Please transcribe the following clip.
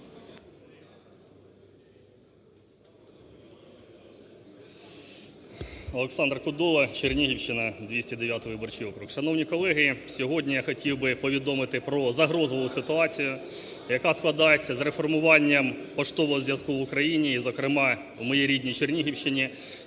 Олександр Кодола, Чернігівщина, 209 виборчий округ. Шановні колеги, сьогодні я хотів би повідомити про загрозливу ситуацію, яка складається з реформуванням поштового зв'язку в Україні і, зокрема, в моїй рідній Чернігівщині,